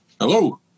Hello